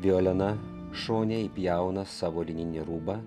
violena šone įpjauna savo lininį rūbą